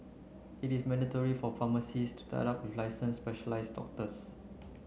it is mandatory for pharmacies to tie up with license specialize doctors